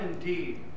indeed